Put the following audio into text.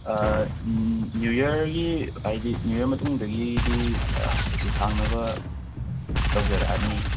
ꯎꯝ new ꯌꯥꯔꯒꯤ ꯍꯥꯏꯗꯤ new year ꯃꯇꯨꯡꯗꯒꯤꯗꯤ ꯍꯥꯏꯗꯤ ꯍꯥꯡꯅꯕ ꯇꯧꯖꯔꯛꯑꯅꯤ